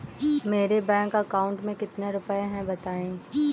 मेरे bank account में कितने रुपए हैं बताएँ?